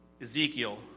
Ezekiel